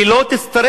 היא לא תצטרך,